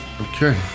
Okay